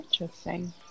Interesting